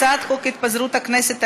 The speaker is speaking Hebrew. הצעת חוק התפזרות הכנסת העשרים,